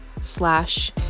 slash